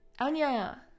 Anya